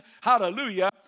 hallelujah